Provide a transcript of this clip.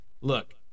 look